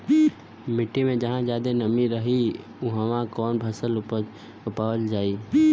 मिट्टी मे जहा जादे नमी बा उहवा कौन फसल उपजावल सही रही?